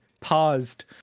Paused